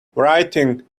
writing